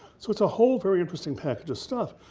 so it's a whole, very interesting package of stuff,